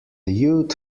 youth